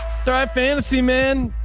thrive fantasy, man.